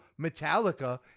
Metallica